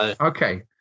Okay